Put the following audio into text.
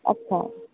আচ্ছা